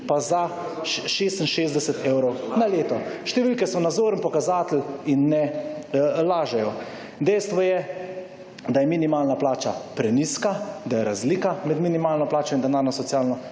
(nadaljevanje) Številke so nazoren pokazatelj in ne lažejo. Dejstvo je, da je minimalna plača prenizka, da je razlika med minimalno plačo in denarno socialno